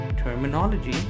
terminology